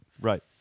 Right